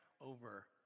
over